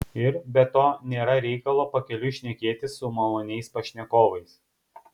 ir be to nėra reikalo pakeliui šnekėtis su maloniais pašnekovais